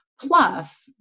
Pluff